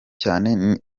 cyane